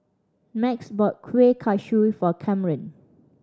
Max bought kueh kosui for Kamren